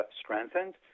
strengthened